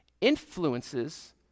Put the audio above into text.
influences